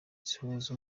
zihuza